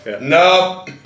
no